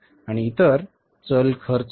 आणि इतर चल खर्च